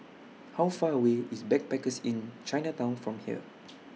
How Far away IS Backpackers Inn Chinatown from here